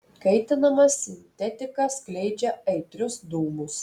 kaitinama sintetika skleidžia aitrius dūmus